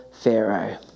Pharaoh